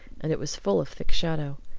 and it was full of thick shadow.